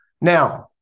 Now